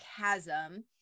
chasm